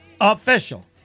Official